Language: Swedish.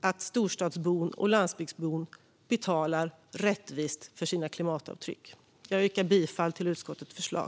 att storstadsbon och landsbygdsbon betalar rättvist för sina klimatavtryck. Jag yrkar bifall till utskottets förslag.